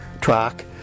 track